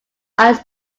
ice